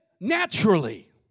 Naturally